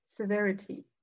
severity